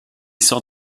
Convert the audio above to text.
sort